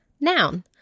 noun